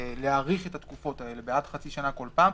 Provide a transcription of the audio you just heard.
להאריך את התקופות האלה עד חצי שנה בכל פעם.